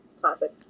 Classic